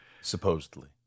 supposedly